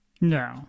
No